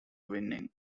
winning